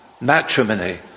matrimony